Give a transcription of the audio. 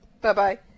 Bye-bye